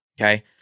Okay